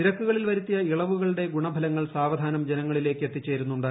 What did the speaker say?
നിരക്കുകളിൽ വരുത്തിയ ഇളവുകളുടെ ഗുണഫലങ്ങൾ സാവധാനം ജനങ്ങളിലേയ്ക്ക് എത്തിച്ചേരുന്നുണ്ട്